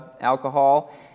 alcohol